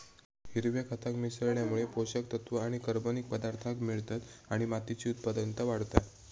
हिरव्या खताक मिसळल्यामुळे पोषक तत्त्व आणि कर्बनिक पदार्थांक मिळतत आणि मातीची उत्पादनता वाढता